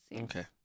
Okay